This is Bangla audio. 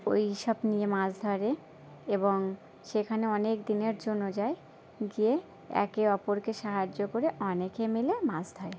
ওইসব নিয়ে মাছ ধরে এবং সেখানে অনেক দিনের জন্য যায় গিয়ে একে অপরকে সাহায্য করে অনেকে মিলে মাছ ধরে